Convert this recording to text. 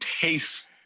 taste